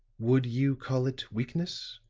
would you call it weakness?